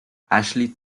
ashley